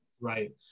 Right